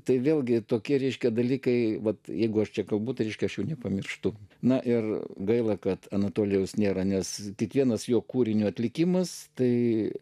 tai vėlgi tokie reiškia dalykai vat jeigu aš čia galbūt ir iškęsčiau nepamirštu na ir gaila kad anatolijaus nėra nes tik vienas jo kūrinio atlikimas tai